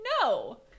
no